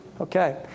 Okay